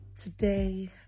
Today